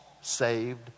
saved